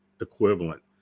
equivalent